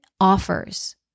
offers